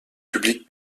public